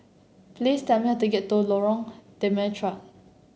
please tell me how to get to Lorong Temechut